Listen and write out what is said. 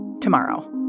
tomorrow